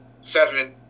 seven